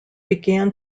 began